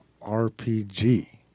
RPG